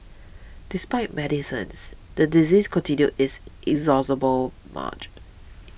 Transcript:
despite medicines the disease continued its inexorable march